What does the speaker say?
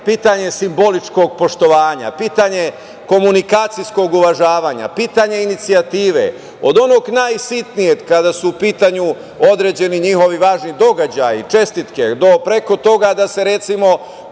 pitanje simboličkog poštovanja, pitanje komunikacijskog uvažavanja, pitanje inicijative, od onog najsitnijeg kada su u pitanju određeni njihovi važni događaji, čestitke, preko toga da se, recimo,